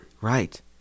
Right